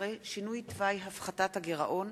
12) (שינוי תוואי הפחתת הגירעון),